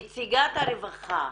נציגת הרווחה,